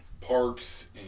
parks